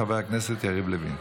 חבר הכנסת יריב לוין.